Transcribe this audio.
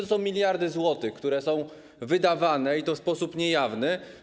To są miliardy złotych, które są wydawane, i to w sposób niejawny.